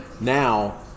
now